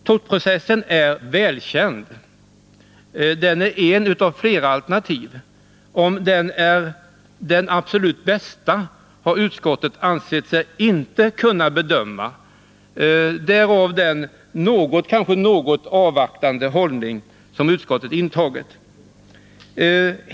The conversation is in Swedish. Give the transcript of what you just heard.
Toth-processen är välkänd, den är ett av flera alternativ. Utskottet har inte ansett sig kunna bedöma om det är det absolut bästa — därav den kanske något avvaktande hållningen.